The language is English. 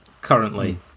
currently